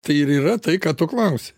tai ir yra tai ką tu klausi